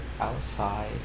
outside